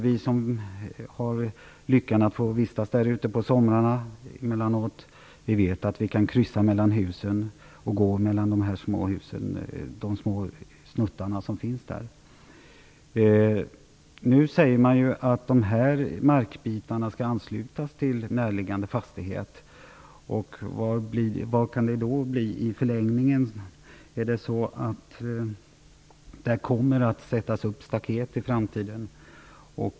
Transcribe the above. Vi som har lyckan att få vistas där ute på somrarna ibland vet att vi kan kryssa mellan husen och gå på de små snuttarna som finns där. Nu säger man att dessa markbitar skall anslutas till närliggande fastighet. Vad innebär det i förlängningen? Kommer det att sättas upp staket där i framtiden?